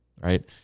right